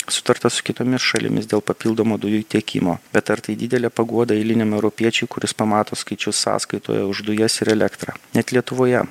sutarta su kitomis šalimis dėl papildomo dujų tiekimo bet ar tai didelė paguoda eiliniam europiečiui kuris pamato skaičius sąskaitoje už dujas ir elektrą net lietuvoje